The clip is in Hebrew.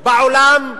בעולם,